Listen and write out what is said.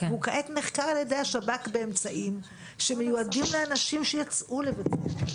הוא כעת נחקר על ידי השב"כ באמצעים שמיועדים לאנשים שיצאו לבצע,